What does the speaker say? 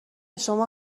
شما